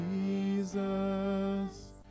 jesus